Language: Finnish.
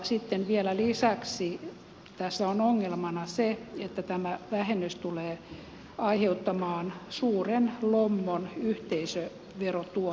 sitten vielä lisäksi tässä on ongelmana se että tämä vähennys tulee aiheuttamaan suuren lommon yhteisöverotuottoihin